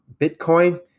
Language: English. Bitcoin